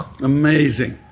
Amazing